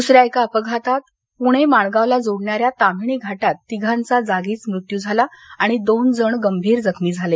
द्सऱ्या एका अपघातात पुणे माणगावला जोडणाऱ्या ताम्हाणी घाटात तिघांचा जागीच मृत्यू झाला आणि दोन जण गंभीर जखमी झाले